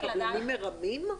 שהקבלנים מרמים?